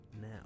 now